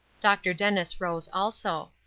dr. dennis rose also.